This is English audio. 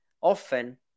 often